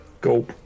Go